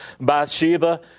Bathsheba